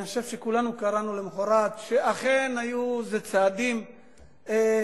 אני חושב שכולנו קראנו למחרת שאכן היו איזה צעדים ראשוניים,